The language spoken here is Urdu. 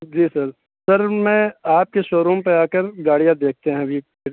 جی سر سر میں آپ کے شو روم پہ آ کر گاڑیاں دیکھتے ہیں ابھی پھر